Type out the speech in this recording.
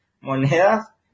monedas